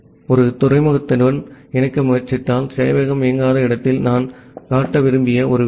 ஒரு துறைமுகத்துடன் இணைக்க முயற்சித்தால் சேவையகம் இயங்காத இடத்தில் நான் காட்ட விரும்பிய ஒரு விஷயம்